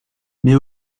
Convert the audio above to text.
mais